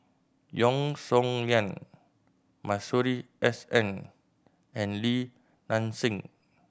Yeo Song Nian Masuri S N and Li Nanxing